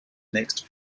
next